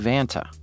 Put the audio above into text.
Vanta